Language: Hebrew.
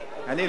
אני לא ממציא.